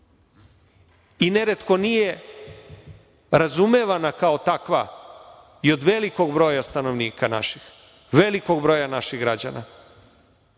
i neretko nije razumevana kao takva i od velikog broja stanovnika naših, velikog broja naših građana,